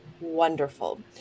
wonderful